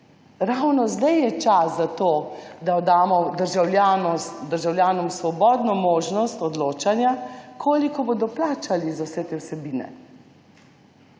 Ravno zdaj je čas za to, da damo državljanom svobodno možnost odločanja, koliko bodo plačali za vse te vsebine.